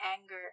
anger